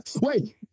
Wait